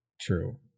true